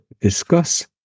discuss